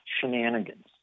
shenanigans